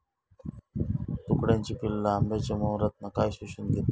तुडतुड्याची पिल्ला आंब्याच्या मोहरातना काय शोशून घेतत?